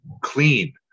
clean